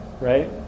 right